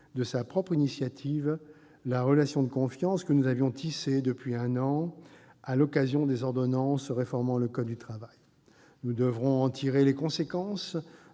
sur sa propre initiative, la relation de confiance que nous avions tissée depuis un an, à l'occasion des ordonnances réformant le code du travail. Nous devrons en tirer les conséquences